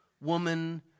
woman